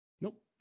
Nope